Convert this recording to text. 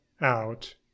out